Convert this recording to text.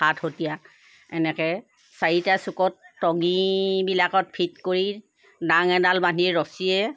সাতহতীয়া এনেকৈ চাৰিটা চুকত টঙিবিলাকত ফিট কৰি দাং এডাল বান্ধি ৰছীয়ে